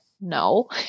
No